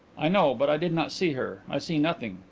i know, but i did not see her. i see nothing.